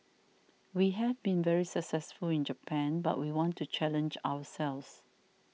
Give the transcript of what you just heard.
we have been very successful in Japan but we want to challenge ourselves